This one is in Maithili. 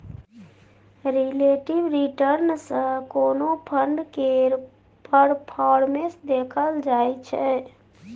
रिलेटिब रिटर्न सँ कोनो फंड केर परफॉर्मेस देखल जाइ छै